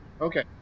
Okay